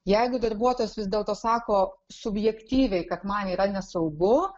jeigu darbuotojas vis dėlto sako subjektyviai kad man yra nesaugu